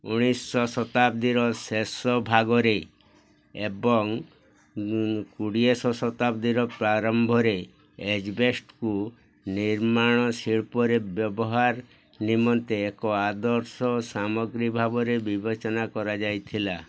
ଉଣେଇଶ ଶତାବ୍ଦୀର ଶେଷ ଭାଗରେ ଏବଂ କୋଡ଼ିଏଶହ ଶତାବ୍ଦୀର ପ୍ରାରମ୍ଭରେ ଆଜବେଷ୍ଟସ୍କୁ ନିର୍ମାଣ ଶିଳ୍ପରେ ବ୍ୟବହାର ନିମନ୍ତେ ଏକ ଆଦର୍ଶ ସାମଗ୍ରୀ ଭାବରେ ବିବେଚନା କରାଯାଉଥିଲା